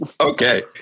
Okay